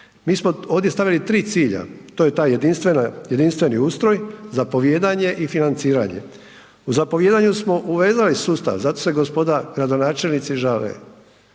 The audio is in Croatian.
Mi smo ovdje stavili tri cilja, to je taj jedinstveni ustroj zapovijedanje i financiranje. U zapovijedanju smo uvezali sustav, zato se gospoda gradonačelnici žale,